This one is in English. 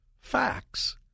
facts